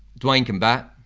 dwayne can bat,